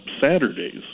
Saturdays